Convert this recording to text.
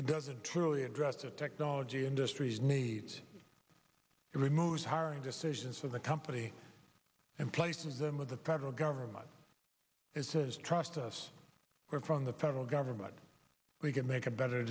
doesn't truly address the technology industries needs it removes hiring decisions from the company and places them with the federal government it says trust us we're from the federal government we can make a better